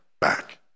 back